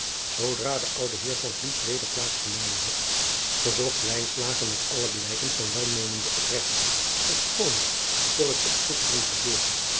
oodra de oude eer weder plaats genomen had verzocht met alle blijken van welmeenende opregtheid verschooning voor het op gisteren gebeurde